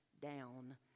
down